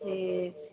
ठीक